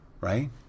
Right